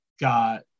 got